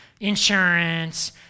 insurance